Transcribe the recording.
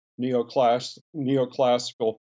neoclassical